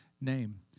name